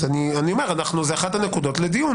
אני אומר שזאת אחת הנקודות לדיון,